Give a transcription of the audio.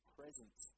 presence